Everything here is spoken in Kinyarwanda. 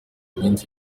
minsi